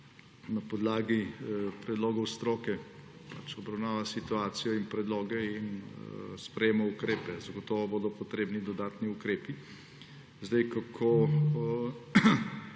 na podlagi predlogov stroke obravnava situacije in predloge ter sprejema ukrepe. Zagotovo bodo potrebni dodatni ukrepi. Kako